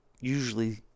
usually